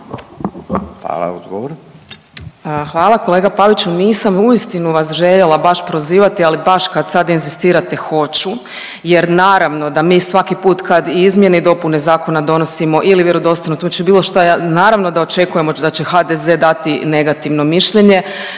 Katarina (RF)** Hvala. Kolega Paviću nisam uistinu vas željela baš prozivati, ali baš kad sad inzistirate hoću jer naravno da mi svaki put kad izmjene i dopune zakona donosimo ili vjerodostojno tumačenje, bilo šta naravno da očekujem da će HDZ dati negativno mišljenje,